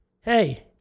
Hey